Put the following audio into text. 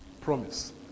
promise